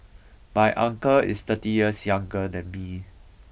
my uncle is thirty years younger than me